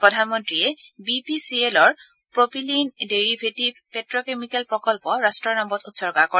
প্ৰধানমন্ত্ৰীয়ে বিপিচিএলৰ propylene derivative petrochemical প্ৰকল্প ৰাট্টৰ নামত উৎসৰ্গা কৰে